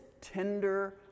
tender